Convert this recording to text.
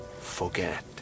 Forget